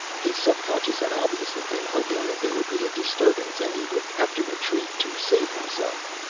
his subconscious had obviously been hoping that there would be a disturbance and he would have to retreat to save himself,